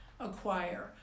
acquire